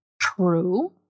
True